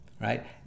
right